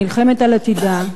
נלחמת על עתידה,